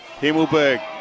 Himmelberg